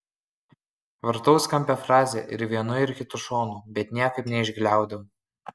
vartau skambią frazę ir vienu ir kitu šonu bet niekaip neišgliaudau